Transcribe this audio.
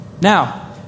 Now